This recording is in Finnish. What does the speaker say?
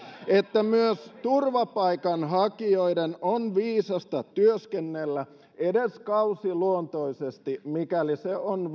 että myös turvapaikanhakijoiden on viisasta työskennellä edes kausiluontoisesti mikäli se vain on